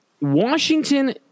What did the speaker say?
Washington